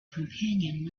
companion